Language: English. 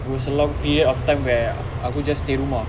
it was a long period of time where aku just stay rumah